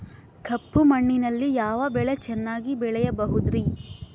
ಕಪ್ಪು ಮಣ್ಣಿನಲ್ಲಿ ಯಾವ ಬೆಳೆ ಚೆನ್ನಾಗಿ ಬೆಳೆಯಬಹುದ್ರಿ?